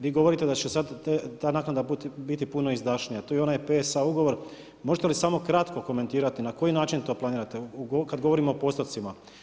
Vi govorite da će sad ta naknada biti puno izdašnija tu je i onaj PSA ugovor, možete li samo kratko komentirati na koji način to planirate kad govorimo o postocima?